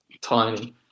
tiny